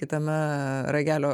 kitame ragelio